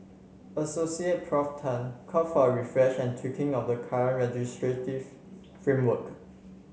Assoc Prof Tan for a refresh and tweaking of the current legislative framework